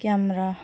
camera